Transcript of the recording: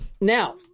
Now